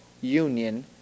union